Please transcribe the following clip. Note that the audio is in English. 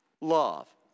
Love